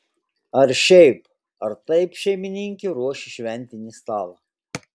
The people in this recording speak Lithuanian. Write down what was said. ar šiaip ar taip šeimininkė ruoš šventinį stalą